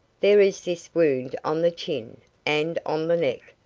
there is this wound on the chin, and on the neck.